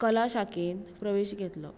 कला शाखेंत प्रवेश घेतलो